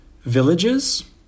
villages